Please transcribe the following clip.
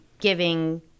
giving